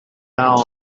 down